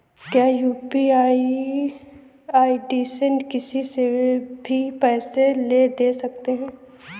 क्या UPI ID से किसी से भी पैसे ले दे सकते हैं?